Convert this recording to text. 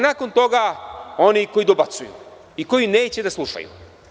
Nakon toga oni koji dobacuju, koji neće da slušaju.